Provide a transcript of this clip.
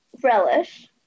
Relish